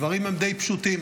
הדברים הם די פשוטים.